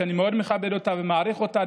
שאני מאוד מכבד אותה ומעריך אותה,